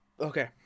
okay